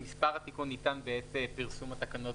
מספר התיקון ניתן בעת פרסום התקנות